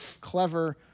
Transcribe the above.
clever